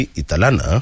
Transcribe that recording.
italana